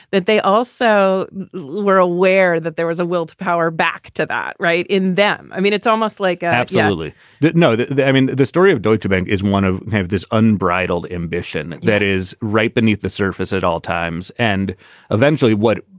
that they also were aware that there was a will to power back to that right in them. i mean, it's almost like i absolutely didn't know that i mean, the story of deutschebank is one of this unbridled ambition that is right beneath the surface at all times. and eventually, what,